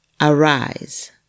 arise